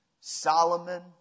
Solomon